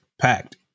packed